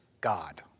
God